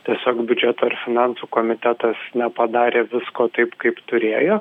tiesiog biudžeto ir finansų komitetas nepadarė visko taip kaip turėjo